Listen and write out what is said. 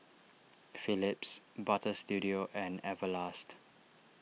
Phillips Butter Studio and Everlast